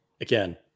again